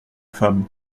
femme